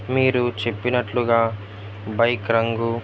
మీరు చెప్పినట్లుగా బైక్ రంగు